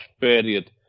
period